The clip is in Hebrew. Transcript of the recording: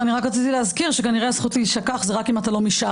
אני רק רציתי להזכיר שכנראה הזכות להישכח זה רק אם אתה לא מש"ס,